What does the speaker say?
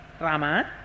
Rama